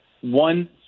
one